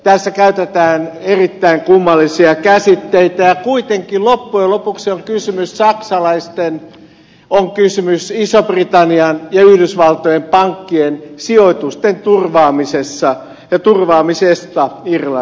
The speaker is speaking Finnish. tässä käytetään erittäin kummallisia käsitteitä ja kuitenkin loppujen lopuksi on kysymys saksalaisten ison britannian ja yhdysvaltojen pankkien sijoitusten turvaamisesta irlannissa